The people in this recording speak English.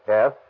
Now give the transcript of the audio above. Yes